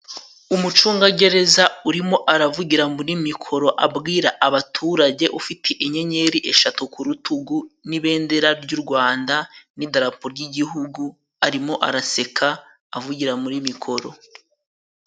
Umucungagereza urimo aravugira muri mikoro abwira abaturage ufite inyenyeri eshatu ku rutugu n'ibendera ry'u Rwanda n'idarapo ry'igihugu arimo araseka avugira muri mikoro.